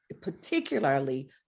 particularly